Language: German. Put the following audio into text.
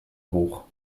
hoch